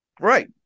Right